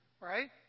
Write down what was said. right